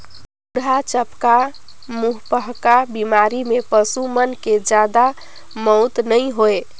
खुरहा चपका, मुहंपका बेमारी में पसू मन के जादा मउत नइ होय